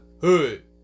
hood